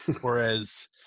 Whereas